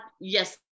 yes